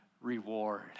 reward